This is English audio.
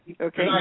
Okay